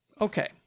okay